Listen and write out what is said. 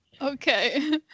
Okay